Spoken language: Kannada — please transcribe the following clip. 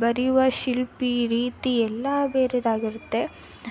ಬರೆಯುವ ಶಿಲ್ಪಿ ರೀತಿ ಏಲ್ಲ ಬೇರೆದಾಗಿರುತ್ತೆ